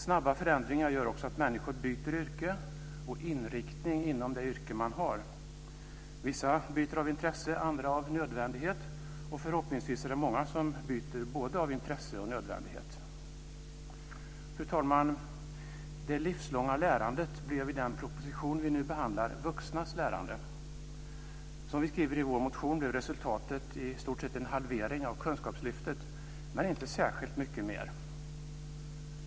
Snabba förändringar gör också att människor byter yrke och inriktning inom det yrke man har. Vissa byter av intresse, andra av nödvändighet. Förhoppningsvis är det många som byter både av intresse och nödvändighet. Fru talman! Det livslånga lärandet blev i den proposition vi diskuterar "vuxnas" lärande. Som vi skriver i vår motion är resultatet i stort sett en halvering av Kunskapslyftet men inte särskilt mycket mer.